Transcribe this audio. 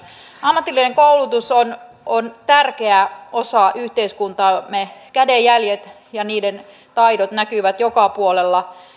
ammatillinen koulutus on on tärkeä osa yhteiskuntaamme kädenjäljet ja niiden taidot näkyvät joka puolella